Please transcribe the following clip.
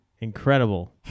Incredible